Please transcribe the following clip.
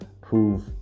prove